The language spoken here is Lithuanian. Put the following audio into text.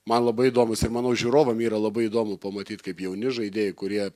man labai įdomūs ir manau žiūrovam yra labai įdomu pamatyti kaip jauni žaidėjai kurie